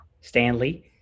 Stanley